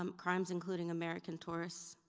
um crimes including american tourists.